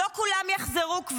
כבר לא כולם יחזרו,